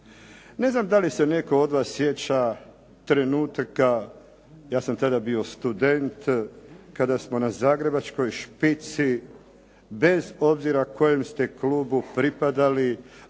Ne znam da li se netko od vas sjeća trenutaka, ja sam tada bio student, kada smo na zagrebačkoj špici bez obzira kojem ste klubu pripadali,